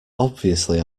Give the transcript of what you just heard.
obviously